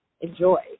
enjoy